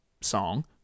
song